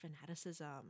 fanaticism